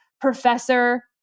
Professor